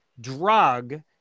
drug